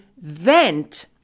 vent